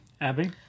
Abby